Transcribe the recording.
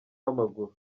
w’amaguru